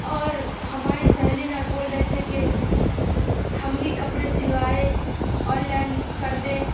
اور ہماری سہیلی اور بول رہے تھے کہ ہم بھی کپڑے سلوائے آللائن کر دیں